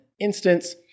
instance